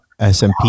SMP